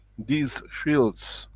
these fields,